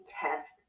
test